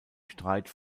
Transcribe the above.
streit